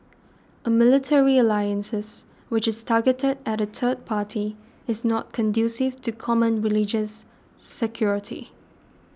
a military alliances which is targeted at a third party is not conducive to common religions security